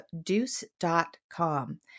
deuce.com